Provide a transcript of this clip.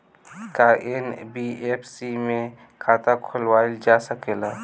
का एन.बी.एफ.सी में खाता खोलवाईल जा सकेला?